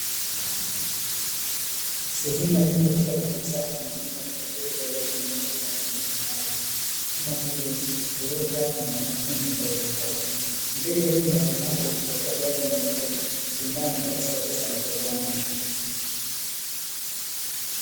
Sehemu ya jengo kubwa la kisasa linalotumika katika shughuli za uuzaji wa magari ya aina mbalimbali, kama vile toyota na makampuni tofautitofauti, mteja huja mahali hapa kujipatia gari analohitaji kulingana na kiasi cha pesa alichokua nacho.